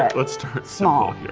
let's start small